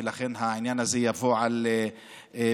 ולכן העניין הזה יבוא על פתרונו.